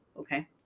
Okay